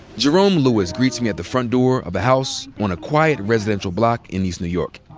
jerome lewis greets me at the front door of a house on a quiet residential block in east new york.